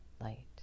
light